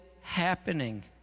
happening